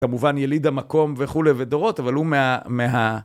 כמובן יליד המקום וכולי ודורות, אבל הוא מה...